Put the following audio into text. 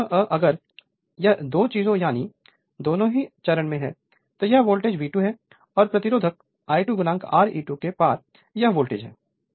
यदि दोनों अगर यह 2 चीजें यदि दोनों चरण में हैं तो यह वोल्टेज V2 है और प्रतिरोध I2 Re2 के पार यह वोल्टेज है